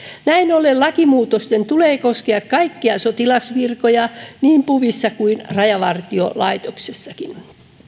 näin ollen lakimuutosten tulee koskea kaikkia sotilasvirkoja niin puvissa kuin rajavartiolaitoksessakin